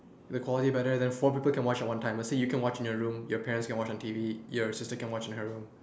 the quality better then four people can watch at one time let's say you can watch in your room your parents can watch on the T_V your sister can watch in her room